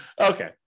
Okay